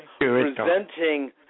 presenting